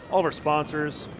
all of our sponsors,